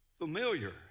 familiar